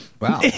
wow